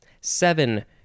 Seven